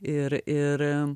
ir ir